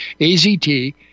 AZT